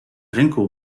rynku